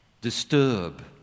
disturb